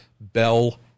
bell